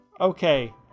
Okay